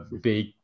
big